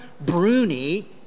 Bruni